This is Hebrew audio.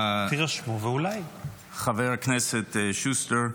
חבר הכנסת שוסטר,